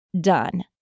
done